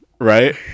right